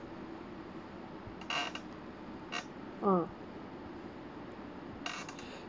ah